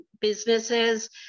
businesses